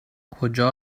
کجا